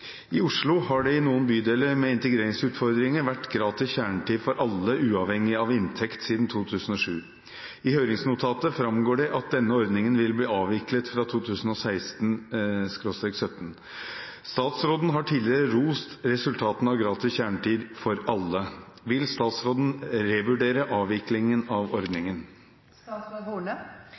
I Oslo har det i noen bydeler med integreringsutfordringer vært gratis kjernetid for alle uavhengig av inntekt siden 2007. I høringsnotatet framgår det at denne ordningen vil bli avviklet fra 2016/2017. Statsråden har tidligere rost resultatene av gratis kjernetid for alle. Vil statsråden revurdere avviklingen av